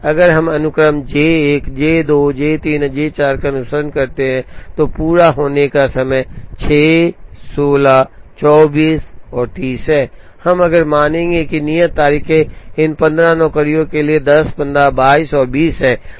अगर हम अनुक्रम J 1 J 2 J 3 और J 4 का अनुसरण करते हैं तो पूरा होने का समय 6 16 24 और 30 हैं हम मानेंगे कि नियत तारीखें इन 15 नौकरियों के लिए 10 15 22 और 20 हैं